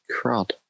crud